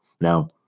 Now